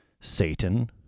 Satan